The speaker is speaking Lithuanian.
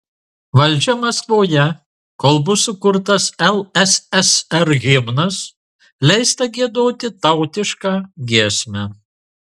valdžia maskvoje kol bus sukurtas lssr himnas leista giedoti tautišką giesmę